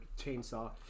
chainsaw